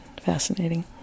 Fascinating